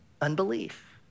unbelief